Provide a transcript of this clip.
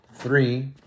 three